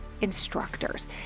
instructors